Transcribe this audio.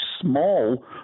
small